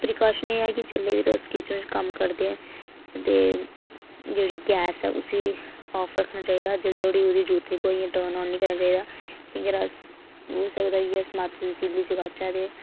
precaution एह् ऐ की तुस जेल्लै बी किचन च कम्म करदे ते जेह्ड़ी गैस ऐ उसी ऑफ रक्खना चाहिदा ते जिनें तोड़ी जरूरत ऐ उसली टर्न निं करना चाहिदा की के जेकर अस ते होई सकदा की अस माचिस दी तिली जलाचै ते